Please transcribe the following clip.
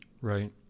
Right